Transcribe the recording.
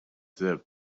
the